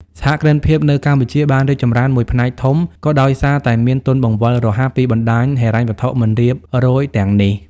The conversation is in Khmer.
សហគ្រិនភាពនៅកម្ពុជាបានរីកចម្រើនមួយផ្នែកធំ ក៏ដោយសារតែមាន "ទុនបង្វិលរហ័ស" ពីបណ្ដាញហិរញ្ញវត្ថុមិនរៀបរយទាំងនេះ។